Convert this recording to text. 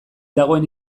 dagoen